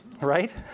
right